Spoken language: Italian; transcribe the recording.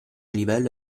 livello